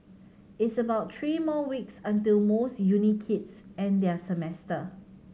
it's about three more weeks until most uni kids end their semester